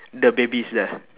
the babies there